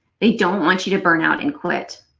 they don't want you to burn out and quit.